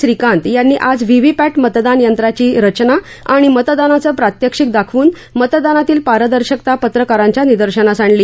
श्रीकांत यांनी आज व्हीव्हीपॅट मतदान यंत्राची रचना आणि मतदानाचं प्रात्यक्षिक दाखवून मतदानातील पारदर्शकता पत्रकारांच्या निर्दशनास आणली